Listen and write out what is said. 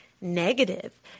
Negative